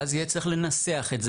ואז יהיה צריך לנסח את זה ולדייק.